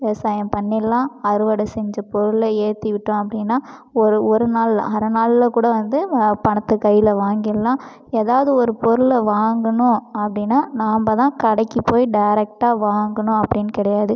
விவசாயம் பண்ணிடலாம் அறுவடை செஞ்ச பொருளை ஏற்றிவிட்டோம் அப்படின்னா ஒரு ஒரு நாள் இல்லை அரை நாளில் கூட வந்து பணத்தை கையில் வாங்கிடலாம் ஏதாவது ஒரு பொருளை வாங்கணும் அப்படினா நம்ப தான் கடைக்கு போய் டேரெக்டாக வாங்கணும் அப்படின்னு கிடயாது